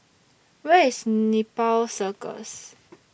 Where IS Nepal Circus